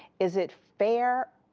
is it fair?